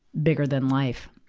bigger than life.